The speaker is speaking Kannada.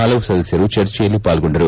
ಹಲವು ಸದಸ್ಗರು ಚರ್ಚೆಯಲ್ಲಿ ಪಾಲ್ಗೊಂಡರು